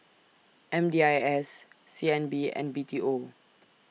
M D I S C N B and B T O